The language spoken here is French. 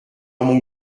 mon